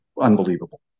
unbelievable